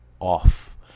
off